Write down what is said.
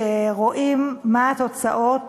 שרואים מה התוצאות